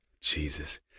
Jesus